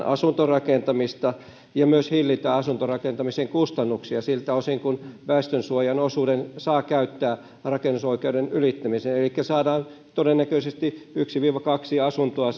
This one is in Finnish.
asuntorakentamista ja myös hillitään asuntorakentamisen kustannuksia siltä osin kuin väestönsuojan osuuden saa käyttää rakennusoikeuden ylittämiseen elikkä saadaan todennäköisesti yksi viiva kaksi asuntoa